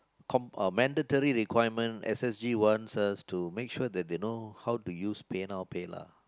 com uh mandatory requirement S_S_G wants us to make sure that they know how to use PayNow PayNow